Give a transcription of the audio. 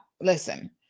listen